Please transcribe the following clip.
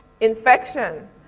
infection